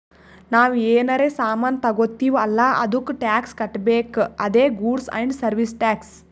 ನಾವ್ ಏನರೇ ಸಾಮಾನ್ ತಗೊತ್ತಿವ್ ಅಲ್ಲ ಅದ್ದುಕ್ ಟ್ಯಾಕ್ಸ್ ಕಟ್ಬೇಕ್ ಅದೇ ಗೂಡ್ಸ್ ಆ್ಯಂಡ್ ಸರ್ವೀಸ್ ಟ್ಯಾಕ್ಸ್